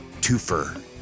twofer